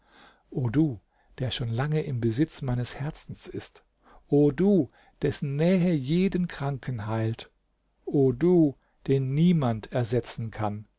o du der schon lange im besitz meines herzens ist o du dessen nähe jeden kranken heilt o du den niemand ersetzen kann